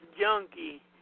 junkie